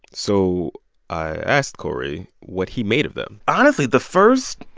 so i asked corey what he made of them honestly, the first